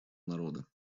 народа